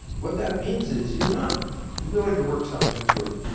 what that means is you're not willing to work something through.